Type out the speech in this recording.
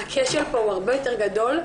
הכשל פה הוא הרבה יותר גדול,